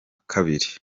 kabiri